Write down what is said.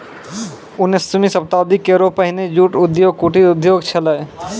उन्नीसवीं शताब्दी केरो पहिने जूट उद्योग कुटीर उद्योग छेलय